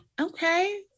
Okay